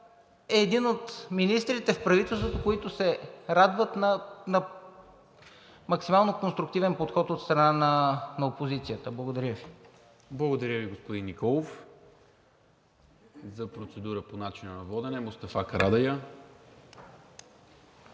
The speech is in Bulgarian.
е един от министрите в правителството, които се радват на максимално конструктивен подход от страна на опозицията. Благодаря Ви. ПРЕДСЕДАТЕЛ НИКОЛА МИНЧЕВ: Благодаря Ви, господин Николов. За процедура по начина на водене – Мустафа Карадайъ.